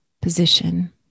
position